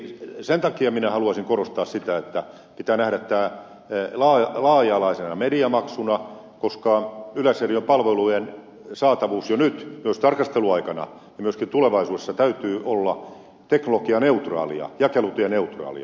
sen takia minä haluaisin korostaa sitä että pitää nähdä tämä laaja alaisena mediamaksuna koska yleisradion palvelujen saatavuuden jo nyt myös tarkasteluaikana ja myöskin tulevaisuudessa täytyy olla teknologianeutraalia jakelutieneutraalia